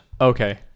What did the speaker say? Okay